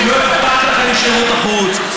כי לא אכפת לכם משירות החוץ,